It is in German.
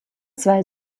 zwei